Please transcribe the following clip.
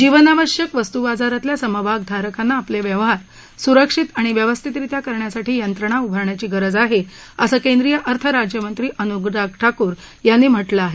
जीवनावश्यक वस्तूबाजारातल्या समभागधारकांना आपले व्यवहार सुरक्षित आणि व्यवस्थितरित्या करण्यासाठी यंत्रणा उभारण्याची गरज आहे असे केंद्रीय अर्थराज्यमंत्री अनुराग ठाकूर यांनी म्हटलं आहे